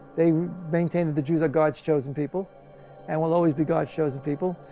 they maintain that the jews are god's chosen people and will always be god's chosen people.